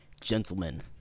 Gentlemen